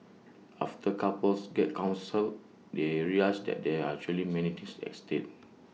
after couples get counselled they realise that there are actually many things at stake